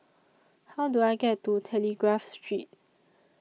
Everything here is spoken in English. How Do I get to Telegraph Street